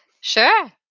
Sure